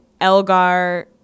Elgar